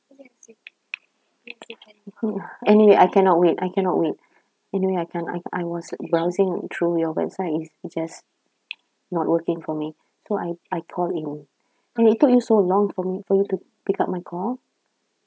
ya anyway I cannot wait I cannot wait anyway I can't I I was browsing through your website it's just not working for me so I I call in and it took you so long for me for you to pick up my call